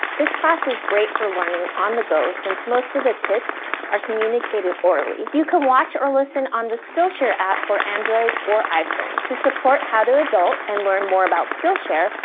this class is great for learning on the go, since most of the tips are communicated orally. you can watch or listen on the skillshare app for android or iphone. to support how to adult and learn more out skillshare,